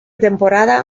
temporada